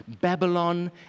Babylon